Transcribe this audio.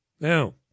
Now